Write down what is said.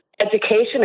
education